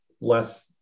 less